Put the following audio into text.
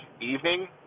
evening